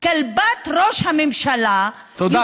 כלבת ראש הממשלה, תודה.